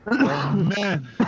Man